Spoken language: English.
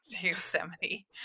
Yosemite